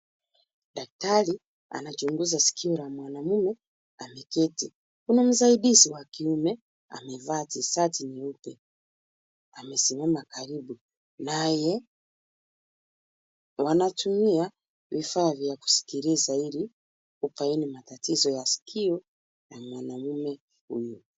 Daktari anachunguza sikio la mwanaume akiketi. Kuna msaidizi wa kiume amesimama karibu. Amevaa tisheti nyeupe naye wanatumia vifaa vya kusikiliza ili kubaini matatizo ya masikio ya mwanaume huyo.